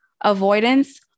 Avoidance